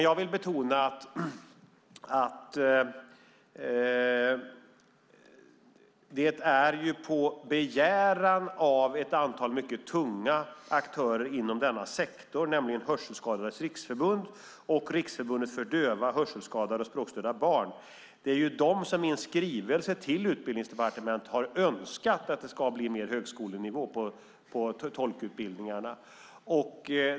Jag vill betona att det är ett antal mycket tunga aktörer inom denna sektor, nämligen Hörselskadades Riksförbund och Riksförbundet för döva, hörselskadade och språkstörda barn, som i en skrivelse till Utbildningsdepartementet har önskat att det ska bli mer högskolenivå på tolkutbildningarna.